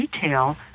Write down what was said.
detail